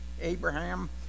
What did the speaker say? Abraham